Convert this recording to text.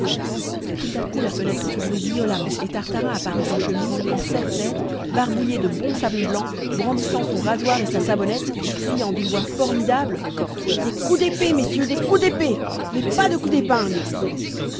tout à coup la fenêtre s'ouvrit violemment et tartarin apparut en chemise en serre-tête barbouillé de bon savon blanc brandissant son rasoir et sa savonnette et criant d'une voix formidable des coups d'épée messieurs des coups d'épée mais pas de coups d'épingle